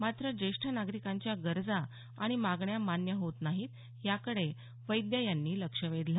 मात्र ज्येष्ठ नागरिकांच्या गरजा आणि मागण्या मान्य होत नाहीत याकडे वैद्य यांनी लक्ष वेधलं